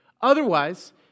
otherwise